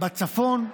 בצפון,